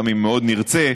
גם אם מאוד נרצה,